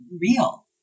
real